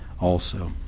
also